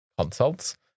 consults